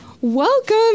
Welcome